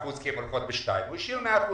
אחוזים כי הן הולכות ב-2:00 אלא הוא השאיר 100 אחוזים.